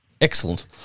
Excellent